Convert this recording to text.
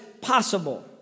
possible